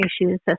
issues